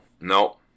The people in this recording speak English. No